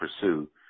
pursue